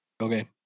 Okay